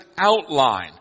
outline